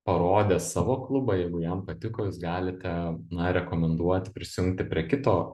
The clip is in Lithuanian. parodę savo klubą jeigu jam patiko jūs galite na rekomenduoti prisijungti prie kito